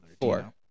Four